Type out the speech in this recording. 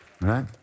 right